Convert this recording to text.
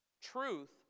Truth